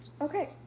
Okay